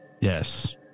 Yes